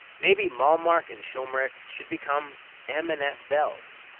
maybe malmark and schulmerich should become m and s bells.